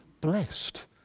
blessed